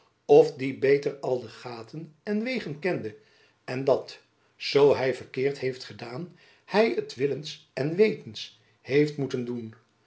of die beiter al de gaiten en weigen kende en dat zoo hy verkeerd heit edain hy het willends en weitends heit motten doen